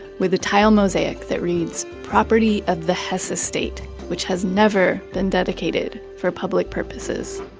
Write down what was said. with a tile mosaic that reads property of the hess estate which has never been dedicated for public purposes.